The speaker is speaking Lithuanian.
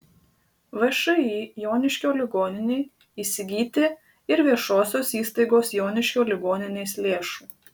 všį joniškio ligoninei įsigyti ir viešosios įstaigos joniškio ligoninės lėšų